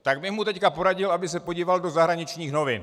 Tak bych mu teď poradil, aby se podíval do zahraničních novin.